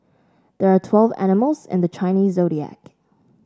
there are twelve animals in the Chinese Zodiac